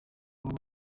uwo